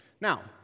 Now